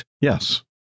Yes